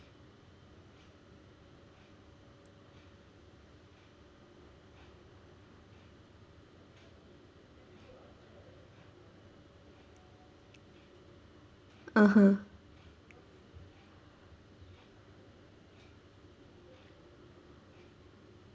(uh huh)